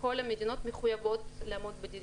כל המדינות מחויבות לעמוד בדירקטיבה.